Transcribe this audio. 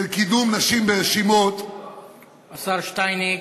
של קידום נשים ברשימות השר שטייניץ.